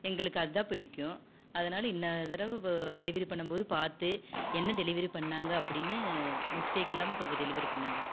எங்களுக்கு அது தான் பிடிக்கும் அதனால இன்னொரு தடவை டெலிவரி பண்ணும் போது பார்த்து என்ன டெலிவரி பண்ணாங்க அப்படின்னு மிஸ்டேக் இல்லாமல் கொஞ்சம் டெலிவரி பண்ணுங்கள்